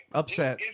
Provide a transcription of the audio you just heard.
upset